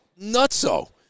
nutso